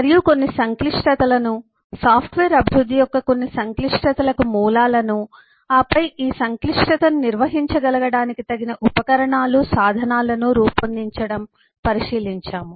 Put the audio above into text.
మరియు కొన్ని సంక్లిష్టతలను సాఫ్ట్వేర్ అభివృద్ధి యొక్క కొన్ని సంక్లిష్టతలకు మూలాలను ఆపై ఈ సంక్లిష్టతను నిర్వహించగలగడానికి తగిన ఉపకరణాలు సాధనాలను రూపొందించడం పరిశీలించాము